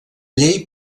llei